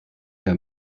herr